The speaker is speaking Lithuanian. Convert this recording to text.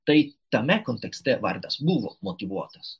tai tame kontekste vardas buvo motyvuotas